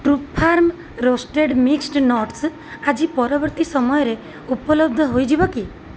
true farm roasted mixed nuts ଆଜି ପରବର୍ତ୍ତୀ ସମୟରେ ଉପଲବ୍ଧ ହୋଇଯିବ କି